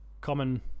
common